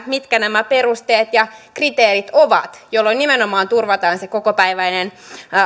mitkä nämä perusteet ja kriteerit ovat jolloin nimenomaan turvataan se kokopäiväinen